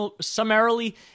summarily